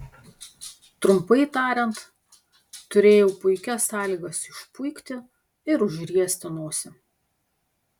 trumpai tariant turėjau puikias sąlygas išpuikti ir užriesti nosį